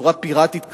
בצורה פיראטית כזאת,